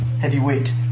Heavyweight